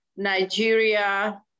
Nigeria